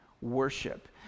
worship